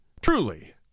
Truly